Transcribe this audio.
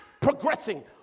progressing